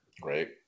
Great